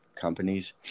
companies